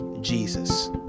Jesus